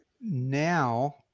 now